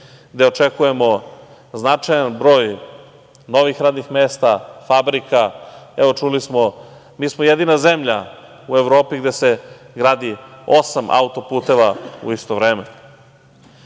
gde očekujemo značajan broj novih radnih mesta, fabrika. Evo, čuli smo, mi smo jedina zemlja u Evropi gde se gradi osam auto-puteva u isto vreme.